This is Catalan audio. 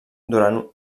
durant